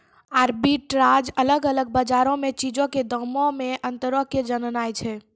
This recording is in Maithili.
आर्बिट्राज अलग अलग बजारो मे चीजो के दामो मे अंतरो के जाननाय छै